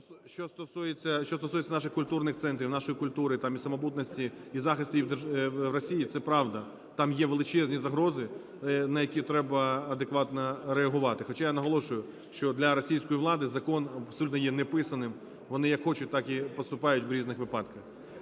Що стосується наших культурних центрів, нашої культури і самобутності і захисту її в Росії, це правда, там є величезні загрози, на які треба адекватно реагувати. Хоча я наголошую, що для російської влади закон абсолютно є неписаним, вони, як хочуть, так і поступають в різних випадках.